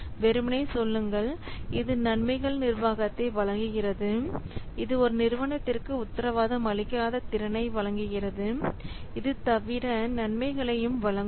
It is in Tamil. வெறுமனே சொல்லுங்கள் இது நன்மைகள் நிர்வாகத்தை வழங்குகிறது இது ஒரு நிறுவனத்திற்கு உத்தரவாதம் அளிக்காத திறனை வழங்குகிறது இது தவிர நன்மைகளையும் வழங்கும்